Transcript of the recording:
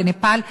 בנפאל,